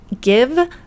Give